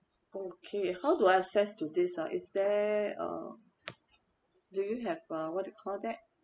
okay how do I access to this ah is there uh do you have uh what do you call that